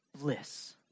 bliss